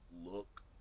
look